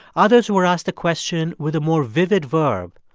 others were asked a question with a more vivid verb,